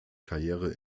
karriere